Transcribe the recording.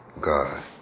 God